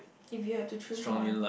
if you have to choose one